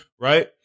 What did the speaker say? Right